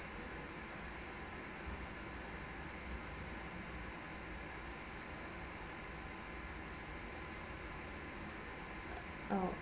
oo